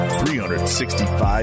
365